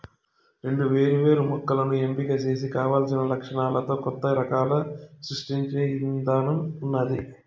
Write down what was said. రెండు వేరు వేరు మొక్కలను ఎంపిక చేసి కావలసిన లక్షణాలతో కొత్త రకాలను సృష్టించే ఇధానం ఉన్నాది